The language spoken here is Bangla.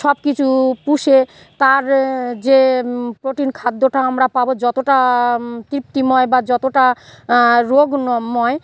সব কিছু পুষে তার যে প্রোটিন খাদ্যটা আমরা পাবো যতটা তৃপ্তিময় বা যতটা রোগ ন ময়